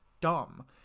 dumb